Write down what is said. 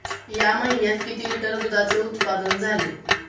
या महीन्यात किती लिटर दुधाचे उत्पादन झाले?